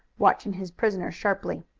watching his prisoner sharply.